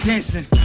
Dancing